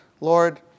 Lord